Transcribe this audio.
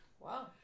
Wow